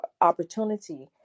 opportunity